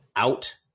out